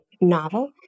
novel